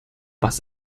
was